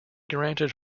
granted